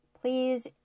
Please